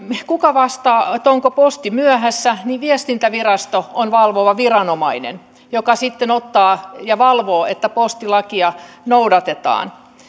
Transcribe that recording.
kuka vastaa siitä onko posti myöhässä viestintävirasto on valvova viranomainen joka sitten ottaa ja valvoo että postilakia noudatetaan